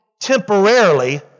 temporarily